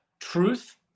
truth